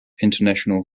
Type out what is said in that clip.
international